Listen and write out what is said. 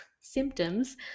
symptoms